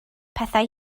pethau